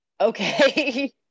okay